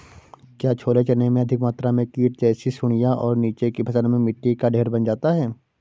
क्या छोले चने में अधिक मात्रा में कीट जैसी सुड़ियां और नीचे की फसल में मिट्टी का ढेर बन जाता है?